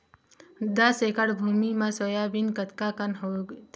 दस एकड़ भुमि म सोयाबीन कतका कन होथे?